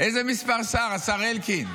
איזה מספר שר השר אלקין?